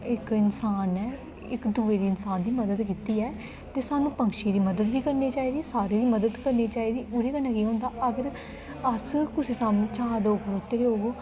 इक इंसान ने इक दूए इंसान दी मदद कीती ऐ ते सानूं पंछियें दी मदद बी करनी चाहिदी सारें दी मदद करनी चाहिदी ओह्दे कन्नै केह् होंदा अगर अस कुसै सामने चार लोक खड़ोते दे होग